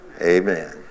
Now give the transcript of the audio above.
Amen